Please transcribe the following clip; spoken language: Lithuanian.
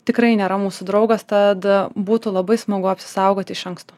tikrai nėra mūsų draugas tad a būtų labai smagu apsisaugoti iš anksto